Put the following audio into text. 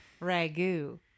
ragu